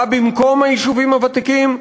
בא במקום היישובים הוותיקים,